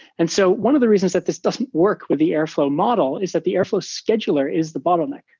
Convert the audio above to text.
and so one of the reasons that this doesn't work with the airflow model is that the airflow scheduler is the bottleneck,